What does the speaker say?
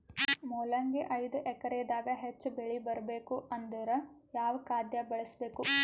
ಮೊಲಂಗಿ ಐದು ಎಕರೆ ದಾಗ ಹೆಚ್ಚ ಬೆಳಿ ಬರಬೇಕು ಅಂದರ ಯಾವ ಖಾದ್ಯ ಬಳಸಬೇಕು?